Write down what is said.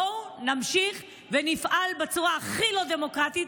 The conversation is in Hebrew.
בואו נמשיך ונפעל בצורה הכי לא דמוקרטית